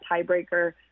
tiebreaker